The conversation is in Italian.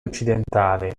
occidentale